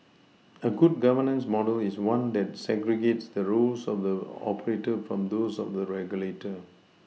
a good governance model is one that segregates the roles of the operator from those of the regulator